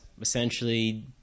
essentially